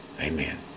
Amen